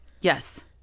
Yes